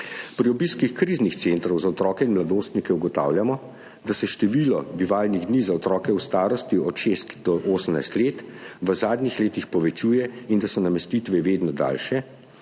Pri obiskih kriznih centrov za otroke in mladostnike ugotavljamo, da se število bivalnih dni za otroke v starosti od šest do 18 let v zadnjih letih povečuje in da so namestitve vedno daljše,